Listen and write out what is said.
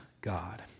God